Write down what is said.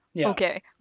Okay